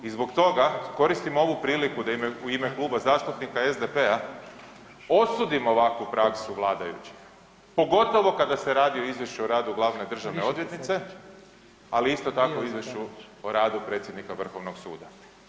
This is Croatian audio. I zbog toga koristim ovu priliku da u ime Kluba zastupnika SDP-a osudim ovakvu praksu vladajućih, pogotovo kada se radi o Izvješću o radu glavne državne odvjetnice, ali isto tako i Izvješću o radu predsjednika vrhovnog suda.